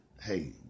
hey